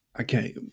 okay